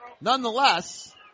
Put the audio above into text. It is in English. Nonetheless